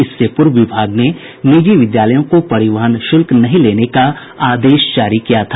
इससे पूर्व विभाग ने निजी विद्यालयों को परिवहन शुल्क नहीं लेने का आदेश जारी किया था